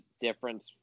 difference